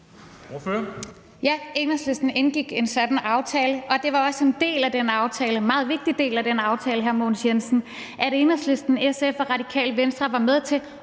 Ja, Enhedslisten indgik i en sådan aftale, og det var også en meget vigtig del af den aftale, hr. Mogens Jensen, at Enhedslisten, SF og Radikale Venstre var med til